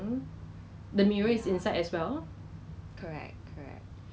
就叫我们 bake lor then 他用很 different flours 去 bake